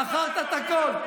מכרת את הכול.